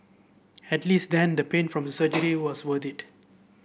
at least then the pain from the surgery was worth it